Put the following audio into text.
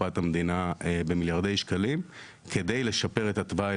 קופת המדינה במיליארדי שקלים כדי לשפר את התוואי,